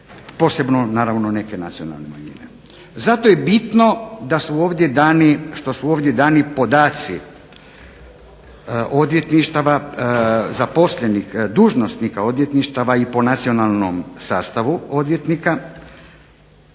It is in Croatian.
posebno naravno neke nacionalne manjine. Zato je bitno da su ovdje dani podaci odvjetništava, zaposlenih dužnosnika odvjetništava i po nacionalnom sastavu odvjetnika,